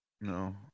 No